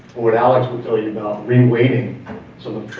what alex will tell you about ring waiting.